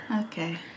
Okay